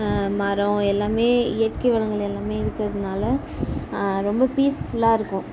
மரம் எல்லாமே இயற்கை வளங்கள் எல்லாமே இருக்கிறதுனால ரொம்ப பீஸ்ஃபுல்லாக இருக்கும்